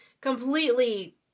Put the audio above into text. completely